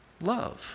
love